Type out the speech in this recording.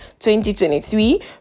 2023